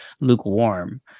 lukewarm